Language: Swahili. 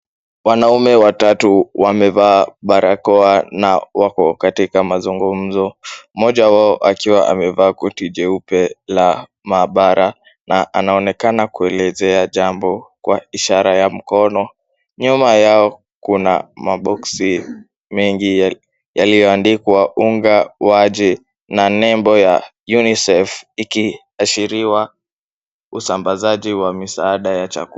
Wanaume watatu wamevaa barakoa na wako katika mazungumzo. Mmoja wao akiwa amevaa koti jeupe la maabara na anaonekana kuelezea jambo kwa ishara ya mkono. Nyuma yao kuna maboxi mengi yaliyoandikwa unga waje na nembo ya UNICEF, ikiwashiriwa usambazaji wa misaada ya chakula.